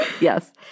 yes